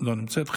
לא נמצאת.